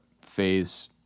phase